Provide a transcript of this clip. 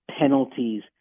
penalties